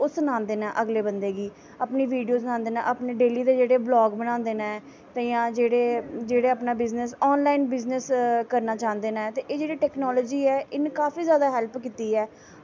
ओह् सनांदे नै अगलै बंदे गी अपनी वीडियो बनांदे नै अपनें डेल्ली दे बलॉग बनांदे नै ते जां अपनां जेह्ड़े बिज़नस ऑन लाईन बिज़नस करना चांह्दे नै ते एह् जेह्ड़ी टैकनॉलजी ऐ इन्न काफी जैदा हैल्प कीती ऐ